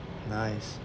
nice